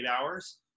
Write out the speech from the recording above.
hours